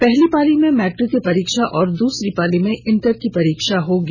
प्रथम पाली में मैट्रिक की परीक्षा और दूसरी पाली में इंटर की परीक्षा होगी